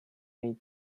may